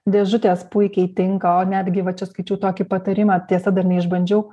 dėžutės puikiai tinka o netgi va čia skaičiau tokį patarimą tiesa dar neišbandžiau